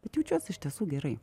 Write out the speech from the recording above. bet jaučiuos iš tiesų gerai